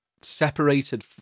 separated